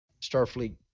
Starfleet